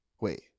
Wait